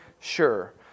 sure